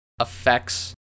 effects